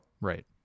right